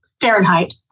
Fahrenheit